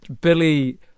billy